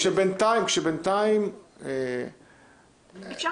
כשבינתיים --- כרגע לא מאשרים את 1ג'. אפשר